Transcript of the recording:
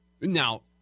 Now